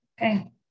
Okay